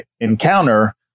encounter